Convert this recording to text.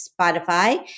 Spotify